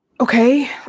Okay